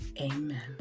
Amen